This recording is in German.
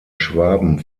schwaben